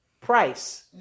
price